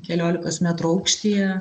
keliolikos metrų aukštyje